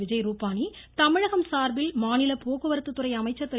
விஜய் ரூபாணி தமிழகம் சார்பில் மாநில போக்குவரத்துத் துறை அமைச்சர் திரு